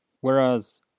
whereas